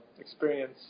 experience